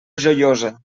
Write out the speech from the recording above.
joiosa